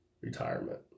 retirement